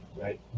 right